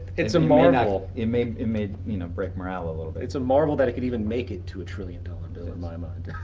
it's a marvel. it may it may you know break morale a little bit. it's a marvel that it can even it to a trillion dollar bill in my mind.